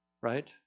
right